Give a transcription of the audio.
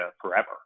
forever